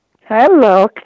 Hello